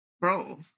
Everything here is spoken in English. bro